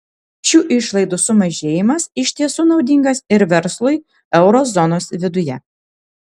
šių išlaidų sumažėjimas iš tiesų naudingas ir verslui euro zonos viduje